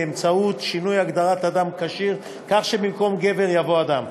באמצעות שינוי הגדרת "אדם כשיר" כך שבמקום "גבר" יבוא "אדם".